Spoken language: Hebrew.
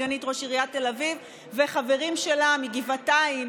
סגנית ראש עיריית תל אביב וחברים שלה מגבעתיים,